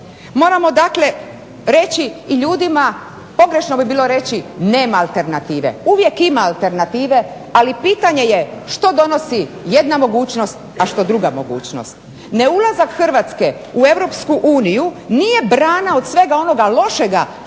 Moramo dakle reći ljudima, pogrešno bi bilo reći nema alternative, uvijek ima alternative ali pitanje je što donosi jedna mogućnost a što druga mogućnost. Ulazak u europsku uniju nije brana od svega onoga lošeg što ima